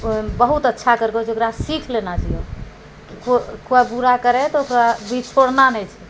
बहुत अच्छा केलकै ओकरासँ सीख लेना चाहिअऽ कोइ बुरा करै तऽ ओकरा भी छोड़ना नहि छै